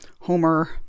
Homer